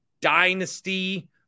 dynasty